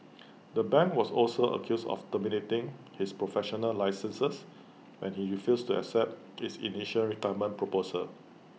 the bank was also accused of terminating his professional licenses when he refused to accept its initial retirement proposal